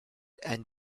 and